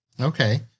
Okay